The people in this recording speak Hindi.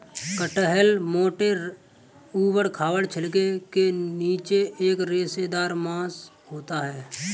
कटहल मोटे, ऊबड़ खाबड़ छिलके के नीचे एक रेशेदार मांस होता है